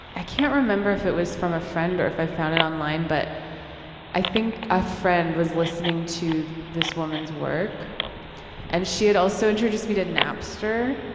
i can't remember if it was from a friend or if i found it online but i think a friend was listening to this woman's work and she had also introduced me to napster.